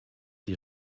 die